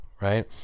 right